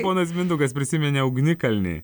ponas mindaugas prisiminė ugnikalnį